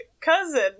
cousin